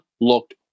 looked